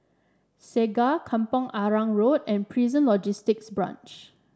Segar Kampong Arang Road and Prison Logistic Branch